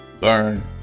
learn